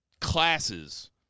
classes